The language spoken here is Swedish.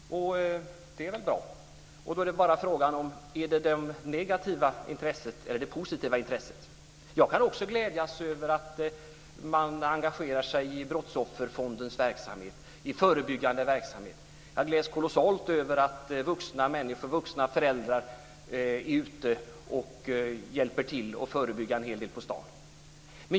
Det är väl bra. Då är frågan om det är det negativa eller positiva intresset. Jag kan också glädjas över att man engagerar sig i Brottsofferfondens verksamhet och i förebyggande verksamhet. Jag gläds kolossalt över att vuxna och föräldrar är ute och hjälper till med att förebygga en hel del på stan.